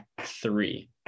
three